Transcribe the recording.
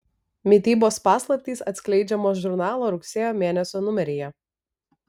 mitybos paslaptys atskleidžiamos žurnalo rugsėjo mėnesio numeryje